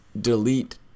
Delete